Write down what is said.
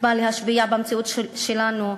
מה להשפיע במציאות שלנו.